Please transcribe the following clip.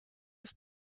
ist